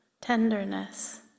tenderness